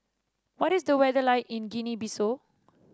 what is the weather like in Guinea Bissau